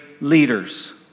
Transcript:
leaders